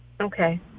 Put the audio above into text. Okay